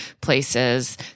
places